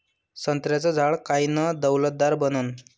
संत्र्याचं झाड कायनं डौलदार बनन?